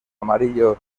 amarillo